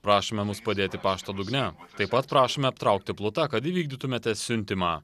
prašome mus padėti pašto dugne taip pat prašome aptraukti pluta kad įvykdytumėte siuntimą